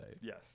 yes